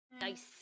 Nice